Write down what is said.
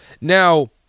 Now